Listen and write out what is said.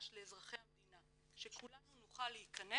לאזרחי המדינה שכולנו נוכל להכנס